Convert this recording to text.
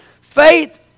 Faith